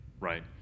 Right